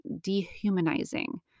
dehumanizing